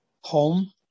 home